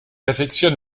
affectionne